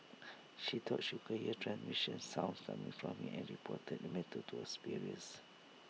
she thought she could hear transmission sounds coming from him and reported the matter to her superiors